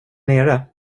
nere